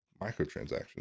microtransactions